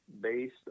based